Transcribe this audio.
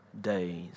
days